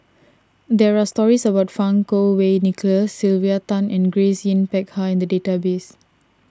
there are stories about Fang Kuo Wei Nicholas Sylvia Tan and Grace Yin Peck Ha in the database